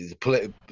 Play